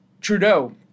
Trudeau